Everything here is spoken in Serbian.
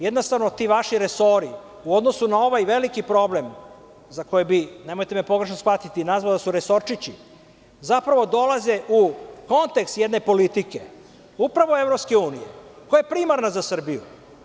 Jednostavno, ti vaši resori, u odnosu na ovaj veliki problem, za koji bi, nemojte me pogrešno shvatiti, nazvao da su resorčići, zapravo dolaze u kontekst jedne politike upravo EU, koja je primarna za Srbiju.